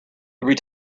every